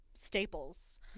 staples